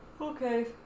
Okay